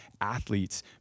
athletes